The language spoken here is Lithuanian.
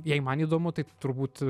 jei man įdomu tai turbūt